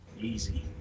Easy